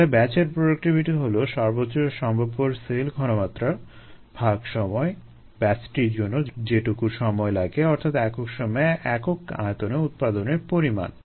তাহলে ব্যাচের প্রোডাক্টিভিটি হলো সর্বোচ্চ সম্ভবপর সেল ঘনমাত্রা ভাগ সময় - ব্যাচটির জন্য যেটুকু সময় লাগে অর্থাৎ একক সময়ে একক আয়তনে উৎপাদনের পরিমাণ